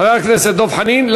חבר הכנסת דב חנין.